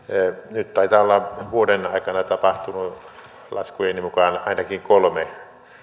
nyt taitaa olla vuoden aikana tapahtunut laskujeni mukaan ainakin kolme